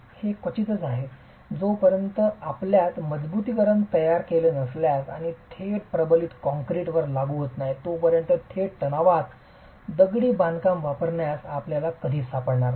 हे क्वचितच आहे जोपर्यंत आपल्यात मजबुतीकरण तयार केलेले नसल्यास आणि थेट प्रबलित काँक्रीट वर लागू होत नाही तोपर्यंत थेट ताणतणावात दगडी बांधकामवापरण्यास आपल्याला कधीच सापडणार नाही